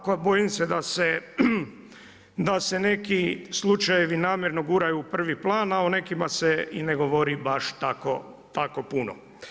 A ovako bojim se da se neki slučajevi namjerno guraju u prvi plan, a o nekima se i ne govori tako puno.